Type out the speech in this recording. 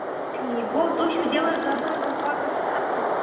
ٹھیٖک گوٚو تُہۍ چھُو دِوان زبان یِم کۄکَر چھِ اَصٕل